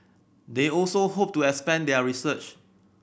they also hope to expand their research